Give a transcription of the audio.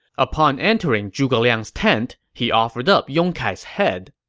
upon entering zhuge liang's tent, he offered up yong kai's head.